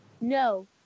No